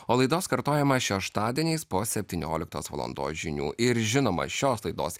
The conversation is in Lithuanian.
o laidos kartojimą šeštadieniais po septynioliktos valandos žinių ir žinoma šios laidos